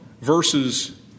verses